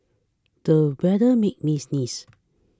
the weather made me sneeze